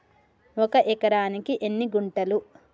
ఒక ఎకరానికి ఎన్ని గుంటలు?